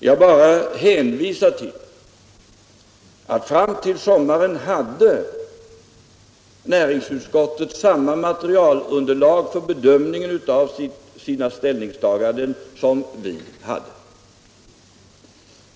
Jag bara hänvisar till förhållandet att näringsutskottet hade samma materialunderlag för bedömningen av sina ställningstaganden som regeringen hade.